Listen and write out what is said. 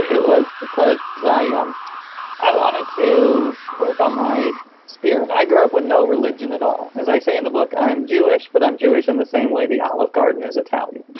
it was because um i wanted to work on my spirit. i grew up with no religion at all. as i say in the book, i'm jewish, but i'm jewish in the same way the olive garden is italian.